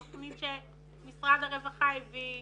נתונים שמשרד הרווחה הביא.